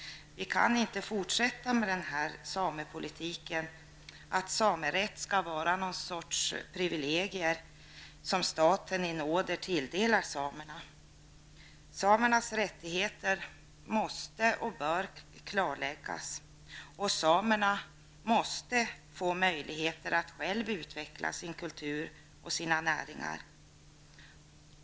Vi kan inte fortsätta med den samepolitik som innebär att samerätt skall vara någon sorts privilegier som staten i nåder tilldelar samerna. Samernas rättigheter måste klarläggas. Samerna måste få möjligheter att själva utveckla sin kultur och sina näringar.